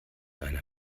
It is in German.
einer